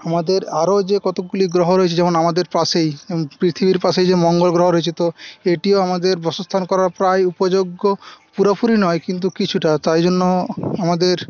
আমাদের আরও যে কতকগুলি গ্রহ রয়েছে যেমন আমাদের পাশেই পৃথিবীর পাশেই যে মঙ্গল গ্রহ রয়েছে তো এটিও আমাদের বাসস্থান করার প্রায় উপযোগ্য পুরোপুরি নয় কিন্তু কিছুটা তাই জন্য আমাদের